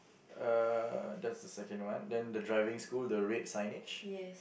uh that's the second one then the driving school the red signage